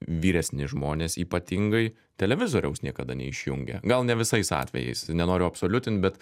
vyresni žmonės ypatingai televizoriaus niekada neišjungia gal ne visais atvejais nenoriu absoliutint bet